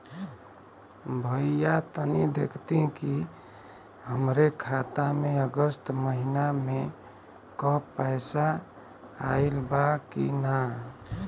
भईया तनि देखती की हमरे खाता मे अगस्त महीना में क पैसा आईल बा की ना?